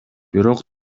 бирок